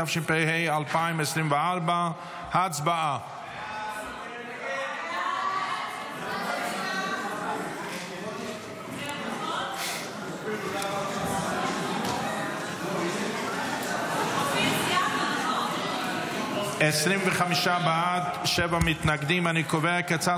התשפ"ה 2024.